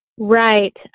Right